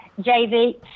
JV